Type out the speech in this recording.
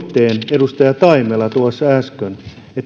edustaja taimela tuossa äsken että